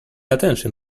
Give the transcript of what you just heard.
attention